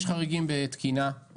יש חריגים בתקינה,